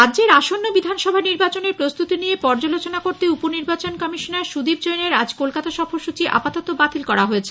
রাজ্যের আসন্ন বিধানসভা নির্বাচনের প্রস্তুতি নিয়ে পর্যালোচনা করতে উপনির্বাচন কমিশনার সুদীপ জৈন এর আজ কলকাতা সফরসূচি আপাতত বাতিল হয়েছে